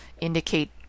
indicate